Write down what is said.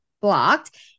blocked